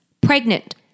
pregnant